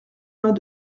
mains